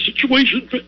situation